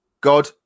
God